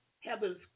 heaven's